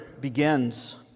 begins